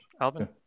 Alvin